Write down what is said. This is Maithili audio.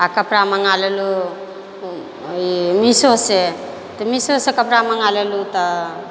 आओर कपड़ा मङ्गा लेलहुँ ई मीशोसँ मीशोसँ कपड़ा मङ्गा लेलहुँ तऽ